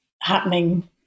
happening